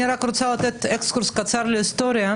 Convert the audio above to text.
אני רק רוצה לתת אקס קורס קצר להיסטוריה,